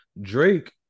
Drake